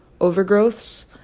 overgrowths